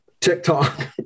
TikTok